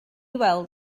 weld